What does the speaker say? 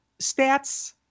stats